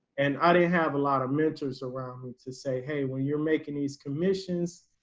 and i have a lot of mentors around me to say, hey, when you're making these commission's,